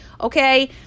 Okay